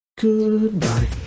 Goodbye